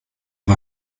war